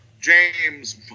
James